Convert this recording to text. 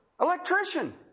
electrician